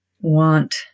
want